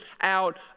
out